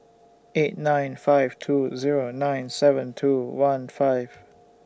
eight nine five two Zero nine seven two one five